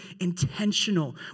intentional